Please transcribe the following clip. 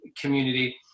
community